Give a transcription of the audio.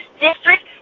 district